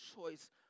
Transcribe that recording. choice